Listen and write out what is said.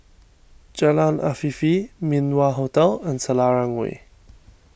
Jalan Afifi Min Wah Hotel and Selarang Way